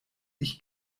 ich